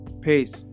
Peace